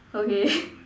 okay